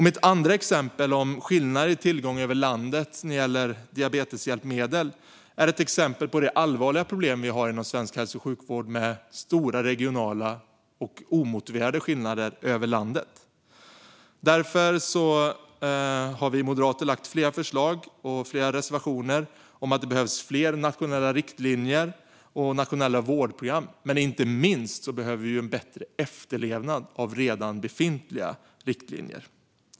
Mitt andra exempel, om skillnader i tillgång över landet när det gäller diabeteshjälpmedel, är ett exempel på det allvarliga problem vi har inom svensk hälso och sjukvård med stora och omotiverade regionala skillnader. Därför har vi moderater lagt fram flera förslag och reservationer om att det behövs fler nationella riktlinjer och nationella vårdprogram. Inte minst behöver vi en bättre efterlevnad av redan befintliga riktlinjer.